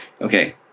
Okay